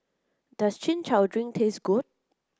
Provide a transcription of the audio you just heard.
does Chin Chow Drink taste good